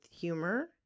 humor